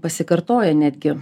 pasikartoja netgi